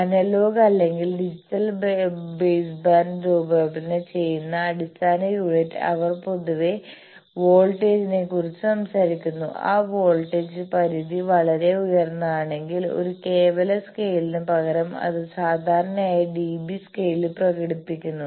analogue അല്ലെങ്കിൽ digital baseband രൂപകല്പന ചെയ്യുന്ന അടിസ്ഥാന യൂണിറ്റ് അവർ പൊതുവെ വോൾട്ടേജിനെക്കുറിച്ച് സംസാരിക്കുന്നു ആ വോൾട്ടേജ് പരിധി വളരെ ഉയർന്നതാണെങ്കിൽ ഒരു കേവല സ്കെയിലിനു പകരം അത് സാധാരണയായി dB സ്കെയിലിൽ പ്രകടിപ്പിക്കുന്നു